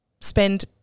spend